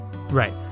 Right